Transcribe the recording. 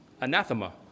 anathema